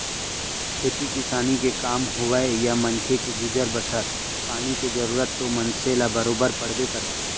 खेती किसानी के काम होवय या मनखे के गुजर बसर पानी के जरूरत तो मनसे ल बरोबर पड़बे करथे